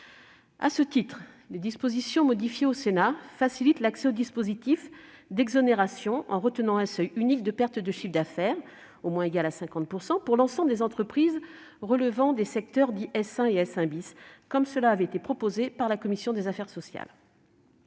Ainsi, des dispositions, modifiées au Sénat, facilitent l'accès au dispositif d'exonération en retenant un seuil unique de perte de chiffre d'affaires, qui doit être au moins égale à 50 %, pour l'ensemble des entreprises relevant des secteurs dits S1 et S1 , comme cela avait été proposé par la commission des affaires sociales.